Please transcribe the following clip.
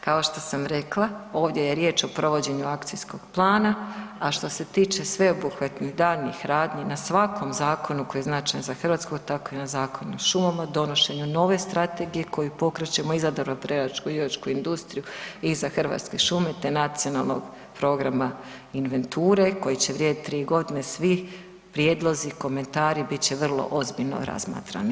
Kao što sam rekla, ovdje je riječ o provođenju akcijskog plana, a što se tiče sveobuhvatnih daljnjih radnji na svakom zakonu koji je značajan za Hrvatsku, a tako i na Zakon o šumama, donošenju nove strategije koju pokrećemo i za drvoprerađivačku industriju i za Hrvatske šume, te nacionalnog programa inventure koji će vrijediti 3.g., svi prijedlozi i komentari bit će vrlo ozbiljno razmatrani.